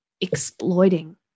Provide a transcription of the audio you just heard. exploiting